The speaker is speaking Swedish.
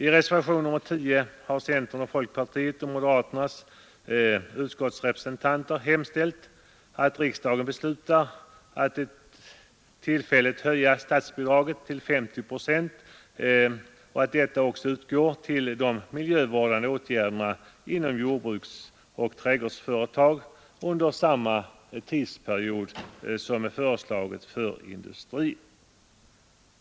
I reservationen 10 har centerns, folkpartiets och moderaternas utskottsrepresentanter hemställt att riksdagen skall besluta att ett tillfälligt höjt statsbidrag på 50 procent också skall utgå till miljövårdande åtgärder inom jordbruksoch trädgårdsföretag under samma tidsperiod som är föreslagen för industrin.